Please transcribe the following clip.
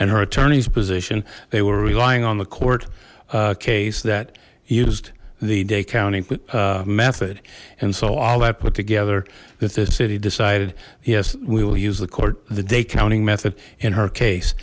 and her attorneys position they were relying on the court case that used the day counting method and so all that put together that the city decided yes we will use the court the day counting method in her case